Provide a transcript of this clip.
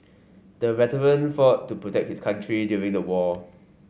the veteran fought to protect his country during the war